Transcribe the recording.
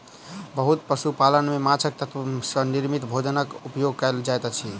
बहुत पशु पालन में माँछक तत्व सॅ निर्मित भोजनक उपयोग कयल जाइत अछि